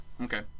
Okay